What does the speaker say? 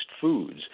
foods